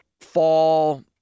fall